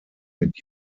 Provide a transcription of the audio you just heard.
mit